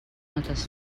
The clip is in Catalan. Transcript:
notes